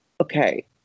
okay